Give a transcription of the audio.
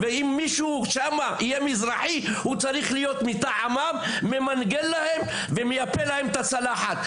אם יהיה שם מישהו שהוא מזרחי הוא שם כדי למנגל להם וליפות להם את הצלחת.